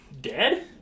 dead